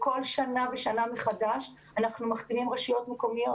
בכל שנה ושנה מחדש אנחנו מחתימים רשויות מקומיות,